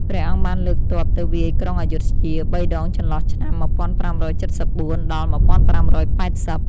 ព្រះអង្គបានលើកទ័ពទៅវាយក្រុងអយុធ្យា ៣ ដងចន្លោះឆ្នាំ ១៥៧៤-១៥៨០ ។